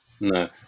no